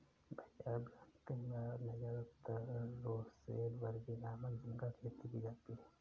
भैया आप जानते हैं भारत में ज्यादातर रोसेनबर्गी नामक झिंगा खेती की जाती है